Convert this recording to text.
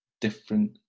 different